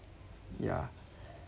yeah